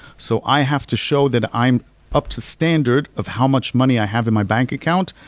so i have to show that i'm up to standard of how much money i have in my bank account,